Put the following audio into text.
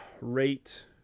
rate